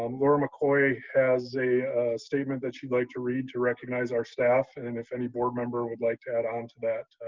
um laura mccoy has a statement that she would like to read to recognize our staff. and and if any board member would like to add onto that,